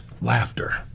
laughter